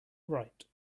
right